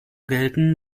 gelten